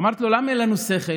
אמרתי לו: למה אין לנו שכל?